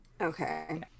Okay